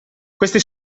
queste